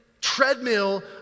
treadmill